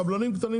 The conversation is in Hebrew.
קבלים קטנים,